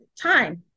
time